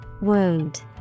Wound